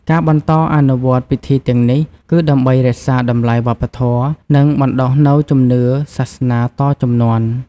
ការបន្តអនុវត្តន៍ពិធីទាំងនេះ គឺដើម្បីរក្សាតម្លៃវប្បធម៌ និងបណ្តុះនូវជំនឿសាសនាតជំនាន់។